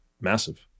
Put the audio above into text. massive